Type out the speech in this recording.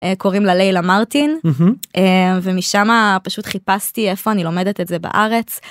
קוראים לה לילה מרטין ומשמה פשוט חיפשתי איפה אני לומדת את זה בארץ.